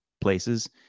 places